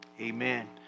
Amen